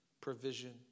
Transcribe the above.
Provision